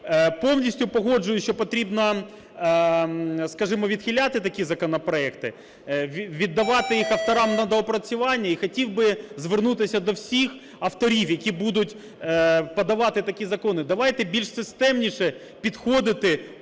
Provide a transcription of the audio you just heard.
повністю погоджуюсь, що потрібно, скажімо, відхиляти такі законопроекти, віддавати їх авторам на доопрацювання. І хотів би звернутися до всіх авторів, які будуть подавати такі закони: давайте більш системніше підходити